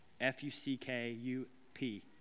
F-U-C-K-U-P